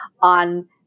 on